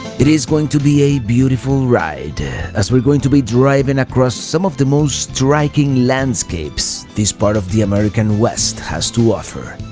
it is going to be a beautiful ride as we're going to be driving across some of the most striking landscapes this part of the american west has to offer.